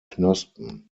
knospen